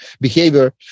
behavior